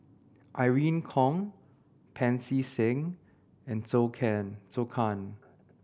Irene Khong Pancy Seng and Zhou Can Zhou Can